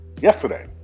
yesterday